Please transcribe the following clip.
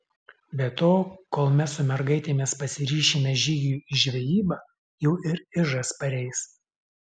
be to kol mes su mergaitėmis pasiryšime žygiui į žvejybą jau ir ižas pareis